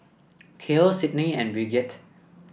Cael Sydnie and Brigette